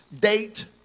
date